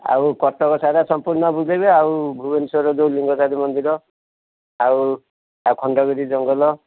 ଆଉ କଟକ ସାରା ସଂପୂର୍ଣ୍ଣ ବୁଲାଇବେ ଆଉ ଭୁବନେଶ୍ଵରର ଯେଉଁ ଲିଙ୍ଗରାଜ ମନ୍ଦିର ଆଉ ଆଉ ଖଣ୍ଡଗିରି ଜଙ୍ଗଲ